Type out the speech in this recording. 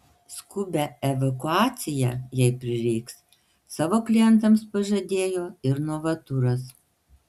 skubią evakuaciją jei prireiks savo klientams pažadėjo ir novaturas